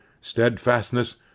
steadfastness